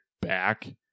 back